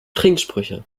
trinksprüche